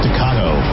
Staccato